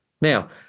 Now